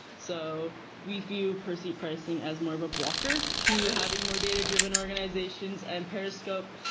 so we view per-set pricing as more of a blocker to having more data-driven organizations, and periscope,